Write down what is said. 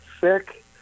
sick